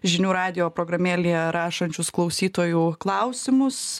žinių radijo programėlėje rašančius klausytojų klausimus